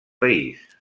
país